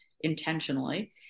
intentionally